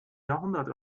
jahrhundert